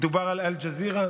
דובר על אל-ג'זירה.